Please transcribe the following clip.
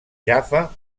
jaffa